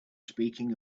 speaking